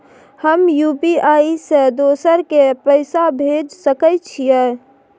हम यु.पी.आई से दोसर के पैसा भेज सके छीयै?